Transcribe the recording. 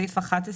את סעיף 59(א)